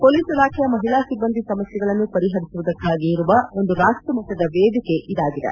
police ಇಲಾಖೆಯ ಮಹಿಳಾ ಸಿಬ್ಬಂದಿಯ ಸಮಸ್ನೆಗಳನ್ನು ಪರಿಪರಿಸುವುದಕ್ಕಾಗಿ ಇರುವ ಒಂದು ರಾಷ್ಟಮಟ್ಟದ ವೇದಿಕೆ ಇದಾಗಿದೆ